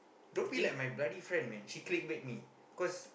don't be like my bloody friend man she clickbait me cause